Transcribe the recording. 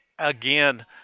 Again